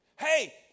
Hey